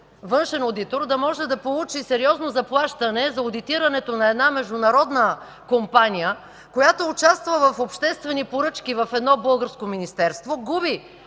външен одитор да може да получи сериозно заплащане за одитирането на една международна компания, която участва в обществени поръчки в едно българско министерство, губи